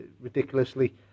ridiculously